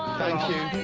thank you.